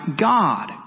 God